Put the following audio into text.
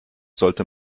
sollte